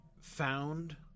Found